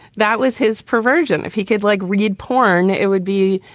that was his perversion. if he could, like, read porn, it would be,